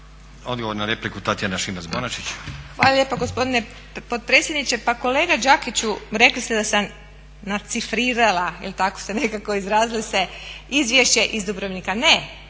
Bonačić, Tatjana (SDP)** Hvala lijepa gospodine potpredsjedniče. Pa kolega Đakiću rekli ste da sam nacifrirala ili tako ste nekako izrazili se izvješće iz Dubrovnika. Ne,